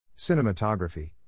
Cinematography